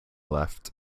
left